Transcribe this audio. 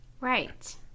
Right